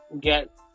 get